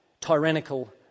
tyrannical